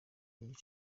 igice